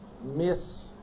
Miss